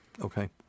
Okay